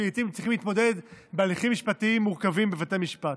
שלעיתים צריכים להתמודד בהליכים משפטיים מורכבים בבתי משפט.